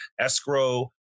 escrow